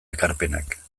ekarpenak